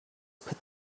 put